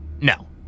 No